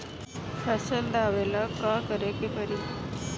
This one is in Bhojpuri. फसल दावेला का करे के परी?